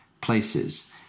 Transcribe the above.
places